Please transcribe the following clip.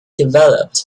developed